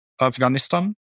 Afghanistan